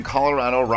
Colorado